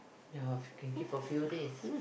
ya can keep for few days